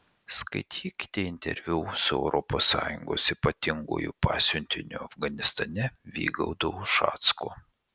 skaitykite interviu su europos sąjungos ypatinguoju pasiuntiniu afganistane vygaudu ušacku